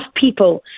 people